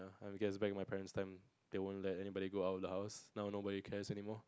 I guess back my parents time they won't let anybody go out the house now nobody cares anymore